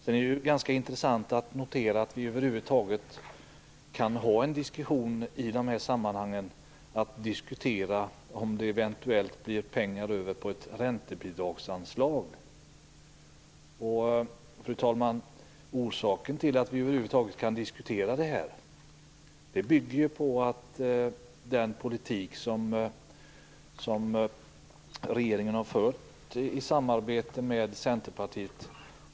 Sedan är det ju ganska intressant att notera att vi över huvud taget kan ha den här diskussionen om att det eventuellt blir pengar över från ett räntebidragsanslag. Orsaken till att vi kan göra det, fru talman, är ju den politik som regeringen har fört i samarbete med Centerpartiet.